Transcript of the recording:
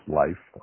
life